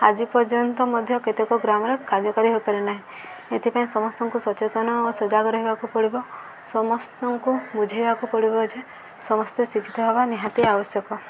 ଆଜି ପର୍ଯ୍ୟନ୍ତ ମଧ୍ୟ କେତେକ ଗ୍ରାମରେ କାର୍ଯ୍ୟକାରୀ ହୋଇପାରି ନାହିଁ ଏଥିପାଇଁ ସମସ୍ତଙ୍କୁ ସଚେତନ ଓ ସଜାଗ ରହିବାକୁ ପଡ଼ିବ ସମସ୍ତଙ୍କୁ ବୁଝେଇବାକୁ ପଡ଼ିବ ଯେ ସମସ୍ତେ ଶିକ୍ଷିତ ହେବା ନିହାତି ଆବଶ୍ୟକ